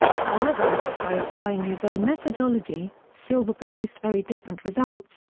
however, by applying his own methodology, silver produced very different results,